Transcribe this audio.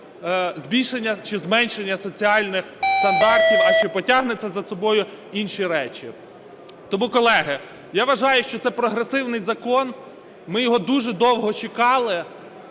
збільшення чи зменшення соціальних стандартів, а чи потягне це за собою інші речі. Тому, колеги, я вважаю, що це прогресивний закон. Ми його дуже довго чекали.